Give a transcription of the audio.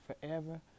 forever